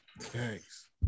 Thanks